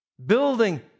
Building